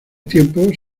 tiempos